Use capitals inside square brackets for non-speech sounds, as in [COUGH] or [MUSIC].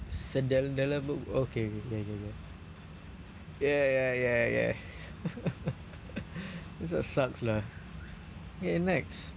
okay ya ya ya ya ya ya ya [LAUGHS] it's a sucks lah okay next